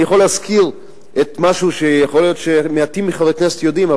אני יכול להזכיר משהו שיכול להיות שמעטים מחברי הכנסת יודעים,